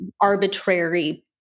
arbitrary